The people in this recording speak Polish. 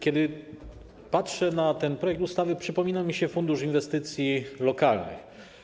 Kiedy patrzę na ten projekt ustawy, przypomina mi się fundusz inwestycji lokalnych.